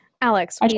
Alex